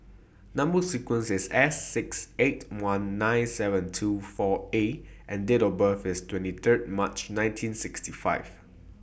Number sequence IS S six eight one nine seven two four A and Date of birth IS twenty Third March nineteen sixty five